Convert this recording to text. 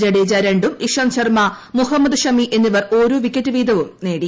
ജഡേജ രണ്ടും ഇഷാന്ത് ശർമ്മ മുഹമ്മദ് ഷമി എന്നിവർ ഓരോ വിക്കറ്റ് വീതവും നേടി